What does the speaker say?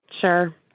Sure